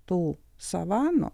tų savanų